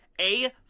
A-